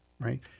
right